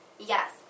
Yes